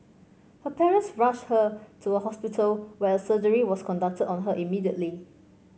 her parents rushed her to a hospital where a surgery was conducted on her immediately